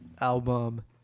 album